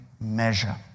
measure